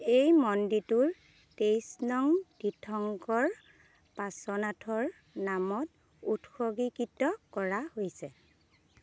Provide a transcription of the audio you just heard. এই মন্দিৰটো তেইছ নং তীৰ্থংকৰ পাৰ্শ্বনাথৰ নামত উৎসৰ্গীকৃত কৰা হৈছে